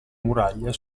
muraglia